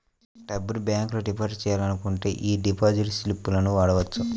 డబ్బును బ్యేంకులో డిపాజిట్ చెయ్యాలనుకుంటే యీ డిపాజిట్ స్లిపులను వాడొచ్చు